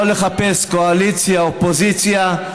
לא לחפש קואליציה אופוזיציה.